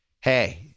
Hey